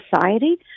society